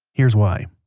here's why,